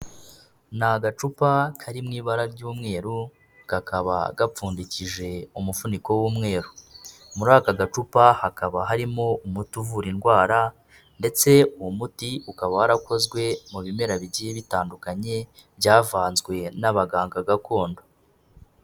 Ni agacupa kari mu ibara ry'umweru, kakaba gapfundikije umufuniko w'umweru. Muri aka gacupa hakaba harimo umuti uvura indwara, ndetse uwo muti ukaba warakozwe mu bimera bigiye bitandukanye, byavanzwe n'abaganga gakondo.